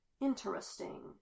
Interesting